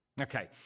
Okay